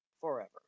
forever